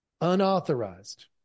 unauthorized